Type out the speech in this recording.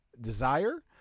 desire